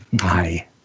Hi